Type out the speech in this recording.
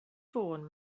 fôn